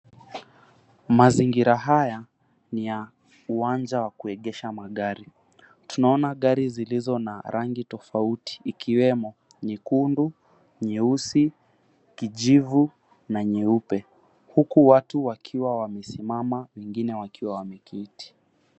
Mazingira haya ni ya uwanja wa kuegesha magari tunaona gari zilizo na rangi tofauti ikiwemo nyekundu, nyeusi, kijivu, na nyeupe huku watu wakiwa wamesimama wengine wakiwa wameketi.